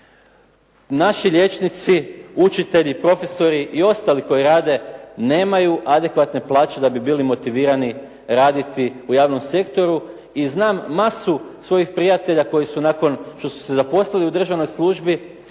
Nađi liječnici, učitelji, profesori i ostali koji rade nemaju adekvatne plaće da bi bili motivirani raditi u javnom sektoru. I znam masu svojih prijatelja koji su nakon što su se zaposlili u državnoj službi,